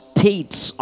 States